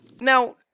Now